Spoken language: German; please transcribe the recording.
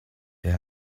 wer